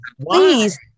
please